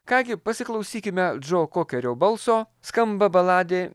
ką gi pasiklausykime džo kokerio balso skamba baladė